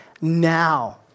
now